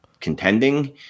contending